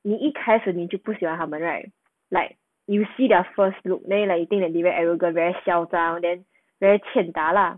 你一开始你就不喜欢他们 right like you see their first look neh like you think that they are very arrogant very 嚣张 then very 欠打 lah